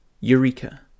Eureka